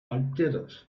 outdated